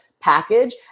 Package